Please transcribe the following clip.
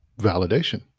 validation